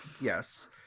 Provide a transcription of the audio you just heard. Yes